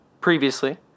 previously